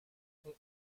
sont